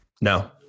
No